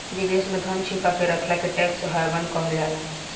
विदेश में धन छुपा के रखला के टैक्स हैवन कहल जाला